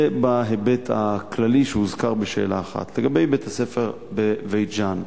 זה בהיבט הכללי שהוזכר בשאלה 1. לגבי בית-הספר בבית-ג'ן,